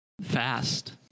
fast